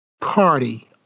party